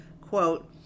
quote